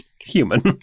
human